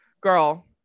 Girl